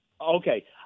Okay